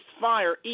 fire